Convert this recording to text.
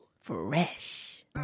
Fresh